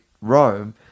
Rome